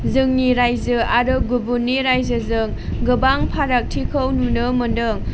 जोंनि रायजो आरो गुबुननि रायजोजों गोबां फारागथिखौ नुनो मोनदों